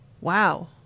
Wow